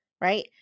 Right